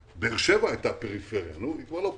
באר-שבע היתה פריפריה והיא כבר לא פריפריה.